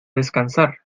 descansar